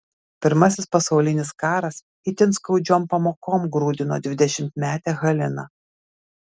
pirmasis pasaulinis karas itin skaudžiom pamokom grūdino dvidešimtmetę haliną